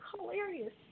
Hilarious